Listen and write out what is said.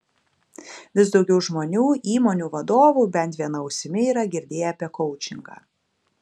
vis daugiau žmonių įmonių vadovų bent viena ausimi yra girdėję apie koučingą